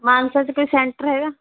ਮਾਨਸਾ 'ਚ ਕੋਈ ਸੈਂਟਰ ਹੈਗਾ